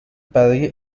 برای